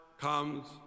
comes